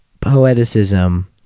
poeticism